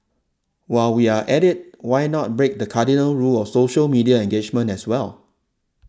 while we are at it why not break the cardinal rule of social media engagement as well